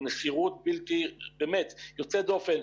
במסירות באמת יוצאת דופן.